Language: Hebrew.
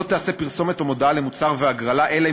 לא תיעשה פרסומת או מודעה למוצר והגרלה אלא אם